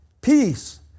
Peace